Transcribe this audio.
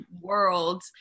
world